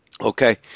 Okay